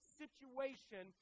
situation